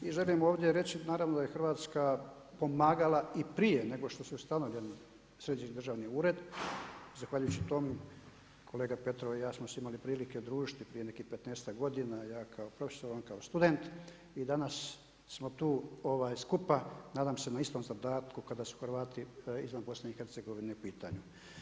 I želim ovdje reći naravno da je Hrvatska pomagala i prije nego što su ustanovljeni Središnji državni ured, zahvaljujući tom kolega Petrov i ja smo se imali prilike družiti prije nekih 15-ak godina ja kao profesor, on kao student i danas smo tu skupa, nadam se na istom zadatku kada su Hrvati izvan BiH-a u pitanju.